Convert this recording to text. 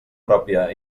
pròpia